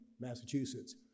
Massachusetts